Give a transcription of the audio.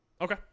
Okay